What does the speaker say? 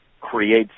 creates